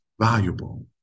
valuable